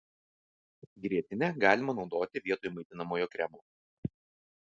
grietinę galima naudoti vietoj maitinamojo kremo